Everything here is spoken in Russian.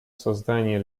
создания